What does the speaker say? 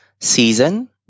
season